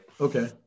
okay